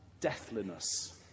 deathliness